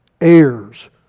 heirs